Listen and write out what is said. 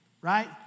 right